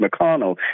McConnell